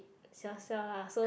siao siao lah so